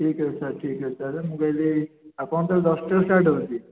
ଠିକ୍ ଅଛି ସାର୍ ଠିକ୍ ଅଛି ସାର୍ ମୁଁ କହିଲି ଆପଣ ତା'ହେଲେ ଦଶଟାରୁ ଷ୍ଟାର୍ଟ ହେଉଛି